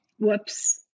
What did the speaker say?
whoops